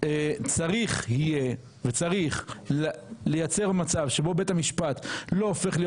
הללו צריך יהיה לייצר מצב שבו בית המשפט לא הופך להיות